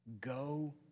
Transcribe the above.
Go